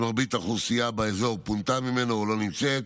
פינוי מרבית האוכלוסייה באזור, או שהיא לא נמצאת.